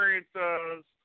experiences